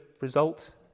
result